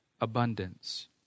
abundance